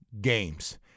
games